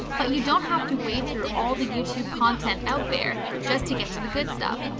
but you don't have to wade through all the youtube content out there just to get to the good stuff.